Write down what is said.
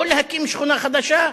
לא להקים שכונה חדשה,